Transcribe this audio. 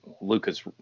Luca's